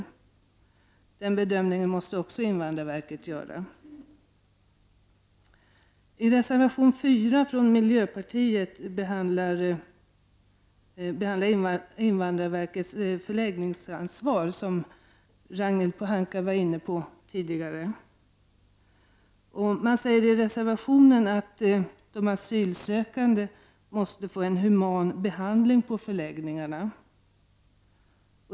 Också den bedömningen måste invandrarverket göra. Reservation 4 från miljöpartiet behandlar invandrarverkets förläggningsansvar, vilket Ragnhild Pohanka berörde. Man säger i reservationen att asylsökande måste få en human behandling på förläggningarna.